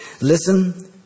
Listen